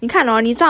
I think should be